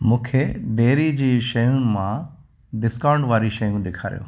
मूंखे डेयरी जी शयुनि मां डिस्काऊंट वारियूं शयूं ॾेखारियो